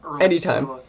Anytime